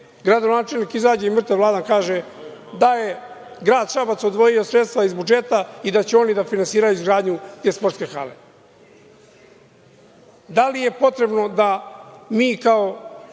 Gradonačelnik izađe i mrtav hladan kaže da je grad Šabac odvojio sredstva iz budžeta i da će oni da finansiraju izgradnju te sportske hale. Da li je potrebno da mi kao